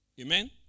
Amen